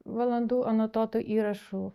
valandų anotuotų įrašų